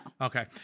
Okay